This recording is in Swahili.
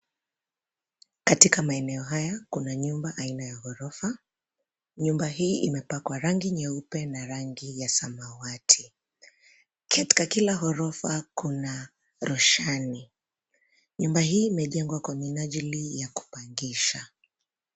Katika maeneo haya kuna nyumba aina ya ghorofa. Nyumba hii imepakwa rangi nyeupe na rangi ya samawati. Katika kila ghorofa kuna roshani. Nyumba hii imejengwa kwa minajili ya kupangisha.